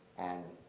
and